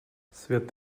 svět